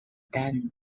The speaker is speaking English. done